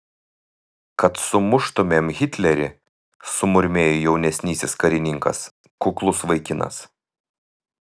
kad sumuštumėm hitlerį sumurmėjo jaunesnysis karininkas kuklus vaikinas